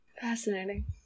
fascinating